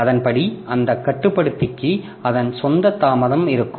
எனவே அதன்படி அந்த கட்டுப்படுத்திக்கு அதன் சொந்த தாமதம் இருக்கும்